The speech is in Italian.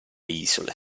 isole